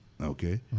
Okay